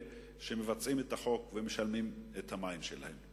שמקיימים את החוק ומשלמים על המים שלהם.